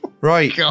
Right